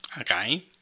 Okay